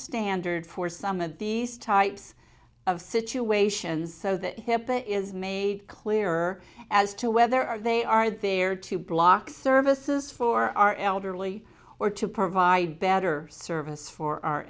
standard for some of these types of situations so that hipaa is made clearer as to whether they are there to block services for our elderly or to provide better service for our